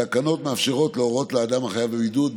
התקנות מאפשרות להורות לאדם החייב בבידוד,